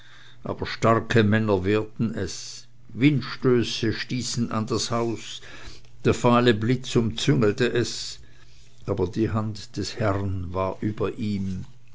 aber starke männer wehrten es windstöße stießen an das haus der fahle blitz umzingelte es aber die hand des herrn war über ihm